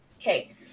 Okay